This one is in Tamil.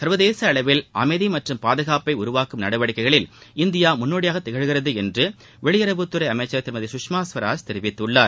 சர்வதேச அளவில் அமைதி மற்றும் பாதுகாப்பை உருவாக்கும் நடவடிக்கைகளில் இந்தியா முன்னோடியாக திகழ்கிறது என்று வெளியுறவுத்துறை அமைச்சர் திருமதி சுஷ்மா ஸ்வராஜ் தெரிவித்துள்ளார்